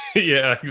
yeah.